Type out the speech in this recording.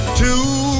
two